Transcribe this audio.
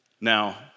Now